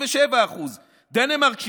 77%; דנמרק,